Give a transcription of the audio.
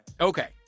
Okay